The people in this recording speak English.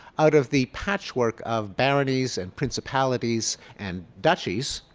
out of the patchwork of baronies, and principalities and duchies,